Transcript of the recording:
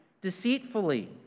deceitfully